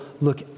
look